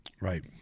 Right